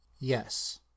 yes